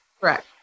Correct